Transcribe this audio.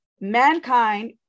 mankind